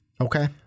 Okay